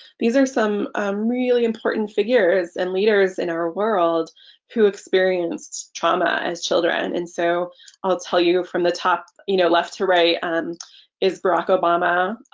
these are some really important figures and leaders in our world who experienced trauma as children and so i'll tell you from the top you know left to right and is barack obama,